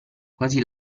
quasi